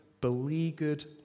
beleaguered